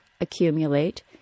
accumulate